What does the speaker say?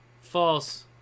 False